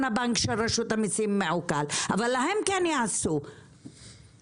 הבנק של רשות המיסים מעוקל אבל להם כן יעשו את זה.